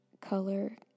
color